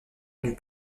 n’eut